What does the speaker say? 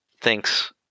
thanks